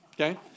Okay